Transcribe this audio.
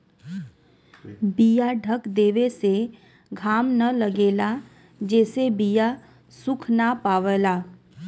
बीया ढक देवे से घाम न लगेला जेसे बीया सुख ना पावला